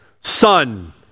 Son